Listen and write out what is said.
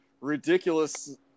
ridiculous